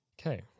Okay